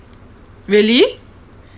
really